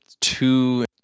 two